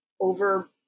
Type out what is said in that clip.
over